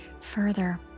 further